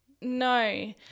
No